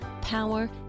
power